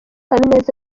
habineza